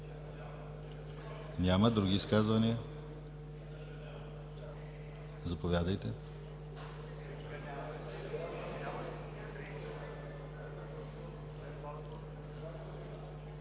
Няма. Други изказвания? Заповядайте.